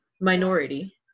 minority